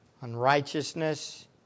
unrighteousness